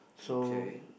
so